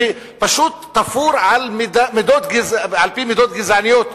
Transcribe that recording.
שפשוט תפור על-פי מידות גזעניות,